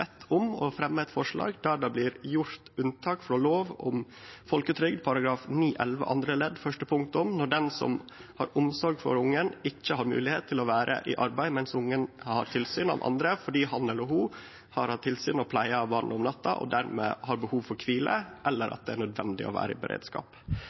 om å fremje eit forslag der det blir gjort unntak frå lov om folketrygd § 9-11 andre ledd første punktum når den som har omsorg for ungen, ikkje har moglegheit til å vere i arbeid medan ungen har tilsyn av andre, fordi han eller ho har hatt tilsyn og pleie av barnet om natta og dermed har behov for kvile, eller